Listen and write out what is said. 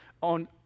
on